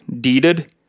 deeded